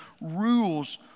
rules